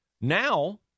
Now